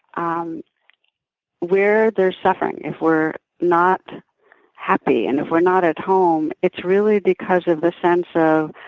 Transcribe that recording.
um where there's suffering if we're not happy and if we're not at home it's really because of the sense so